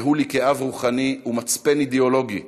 שהוא לי כאב רוחני ומצפן אידיאולוגי,